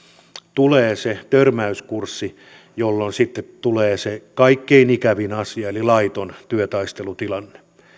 tulee se törmäyskurssi jolloin sitten tulee se kaikkein ikävin asia eli laiton työtaistelutilanne